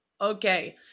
Okay